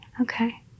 okay